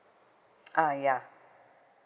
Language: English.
uh ya